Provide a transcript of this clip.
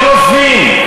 לא כופים.